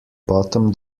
bottom